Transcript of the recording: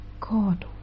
God